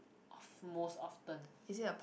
most often